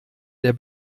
der